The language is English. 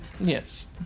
Yes